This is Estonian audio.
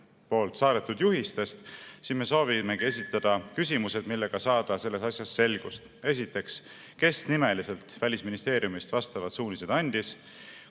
saadetud juhistest, me soovimegi esitada küsimused, millega saada selles asjas selgust. Esiteks, kes nimeliselt Välisministeeriumist vastavad suunised andis?